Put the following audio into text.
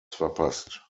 verpasst